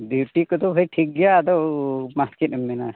duty ᱠᱚᱫᱚ ᱦᱳᱭ ᱴᱷᱤᱠ ᱜᱮᱭᱟ ᱟᱫᱚ ᱢᱟ ᱪᱮᱫ ᱮᱢ ᱢᱮᱱᱟ